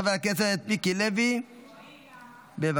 חבר הכנסת מיקי לוי, בבקשה.